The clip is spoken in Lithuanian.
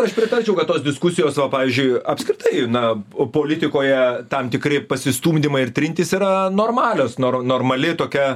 aš pritarčiau kad tos diskusijos va pavyzdžiui apskritai na o politikoje tam tikri pasistumdymai ir trintys yra normalios nor normali tokia